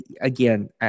Again